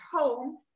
home